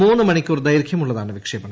മൂന്ന് മണിക്കൂർ ദൈർഘ്യം ഉള്ളതാണ് വിക്ഷേപണം